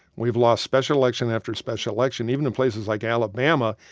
we've lost special election after special election, even in places like alabama,